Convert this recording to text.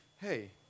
hey